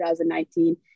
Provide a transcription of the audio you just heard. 2019